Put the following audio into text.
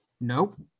Nope